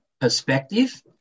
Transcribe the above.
perspective